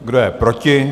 Kdo je proti?